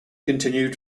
continued